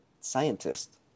Scientist